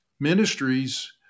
Ministries